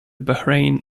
bahrain